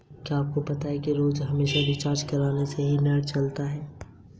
सूक्ष्म वित्त क्षेत्र के संबंध में किसी एस.आर.ओ की क्या जिम्मेदारी होती है?